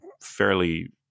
fairly